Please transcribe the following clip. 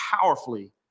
powerfully